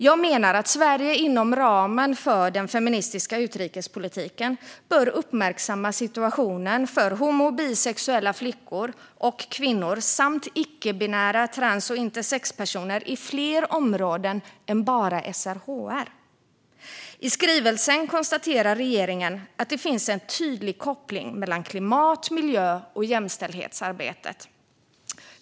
Jag menar att Sverige inom ramen för den feministiska utrikespolitiken bör uppmärksamma situationen för homo och bisexuella flickor och kvinnor samt icke-binära personer, transpersoner och intersexpersoner inom fler områden än bara SRHR. I skrivelsen konstaterar regeringen att det finns en tydlig koppling mellan klimat och miljöarbetet och jämställdhetsarbetet.